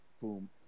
Boom